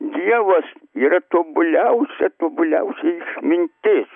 dievas yra tobuliausia tobuliausia išmintis